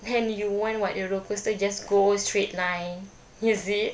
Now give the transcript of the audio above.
then you want what the roller coaster just go straight line is it